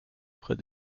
près